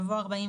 בתקנות.